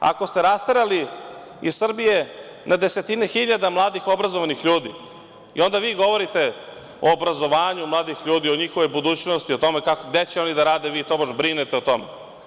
Ako ste rasterali iz Srbije na desetine hiljada mladih obrazovnih ljudi i onda vi govorite o obrazovanju mladih ljudi, o njihovoj budućnosti, o tome gde će oni da rade, jer vi tobože brinete o tome.